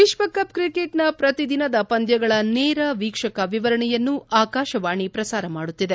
ವಿಶ್ವಕಪ್ ಕ್ರಿಕೆಟ್ನ ಪ್ರತಿದಿನದ ಪಂದ್ಯಗಳ ನೇರ ವೀಕ್ಷಕ ವಿವರಣೆಯನ್ನು ಆಕಾಶವಾಣಿ ಪ್ರಸಾರ ಮಾಡುತ್ತಿದೆ